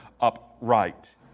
upright